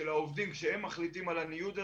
העובדים, שהם מחליטים על הניוד הזה,